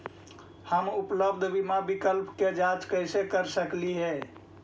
हम उपलब्ध बीमा विकल्प के जांच कैसे कर सकली हे?